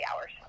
hours